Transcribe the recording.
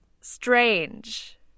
strange